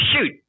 Shoot